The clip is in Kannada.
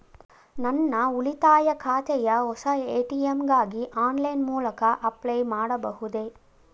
ನನ್ನ ಉಳಿತಾಯ ಖಾತೆಯ ಹೊಸ ಎ.ಟಿ.ಎಂ ಗಾಗಿ ಆನ್ಲೈನ್ ಮೂಲಕ ಅಪ್ಲೈ ಮಾಡಬಹುದೇ?